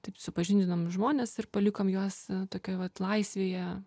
taip supažindinom žmones ir palikom juos tokioj vat laisvėje